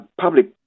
public